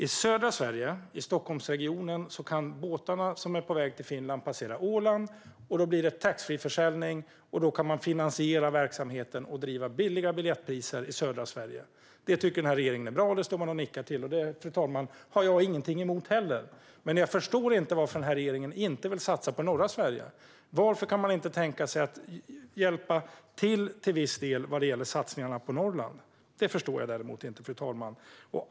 I södra Sverige, i Stockholmsregionen, kan båtarna som är på väg till Finland passera Åland. Då blir det taxfreeförsäljning, och då kan man finansiera verksamheten och driva på för billiga biljetter i södra Sverige. Det tycker den här regeringen är bra; det nickar man gillande till. Jag har ingenting emot det, jag heller, men jag förstår inte varför den här regeringen inte vill satsa på norra Sverige. Varför kan man inte tänka sig att till viss del hjälpa till vad gäller satsningarna på Norrland? Det förstår jag inte, fru talman.